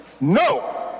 no